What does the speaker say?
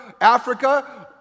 Africa